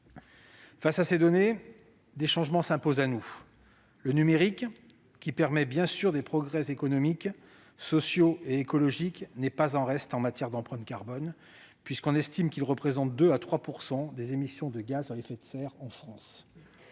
Face à ces données, des changements s'imposent à nous. Le numérique, qui permet bien sûr des progrès économiques, sociaux et écologiques, n'est pas en reste en matière d'empreinte carbone : on estime qu'il représente 2 % à 3 % des émissions de gaz à effet de serre en France-